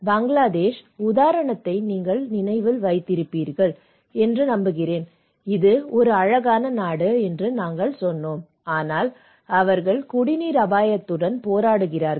பங்களாதேஷ் உதாரணத்தை நீங்கள் நினைவில் வைத்திருப்பீர்கள் என்று நம்புகிறேன் இது ஒரு அழகான நாடு என்று நாங்கள் சொன்னோம் ஆனால் அவர்கள் குடிநீர் அபாயத்துடன் போராடுகிறார்கள்